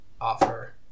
offer